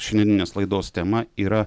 šiandieninės laidos tema yra